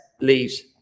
leaves